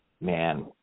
Man